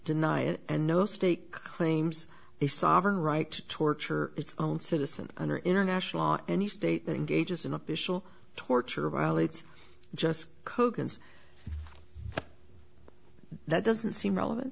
deny it and no state claims a sovereign right to torture its own citizens under international law any state that engages in official torture violates just coke and that doesn't seem relevant